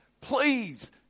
please